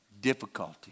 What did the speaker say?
difficulty